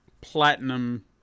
platinum-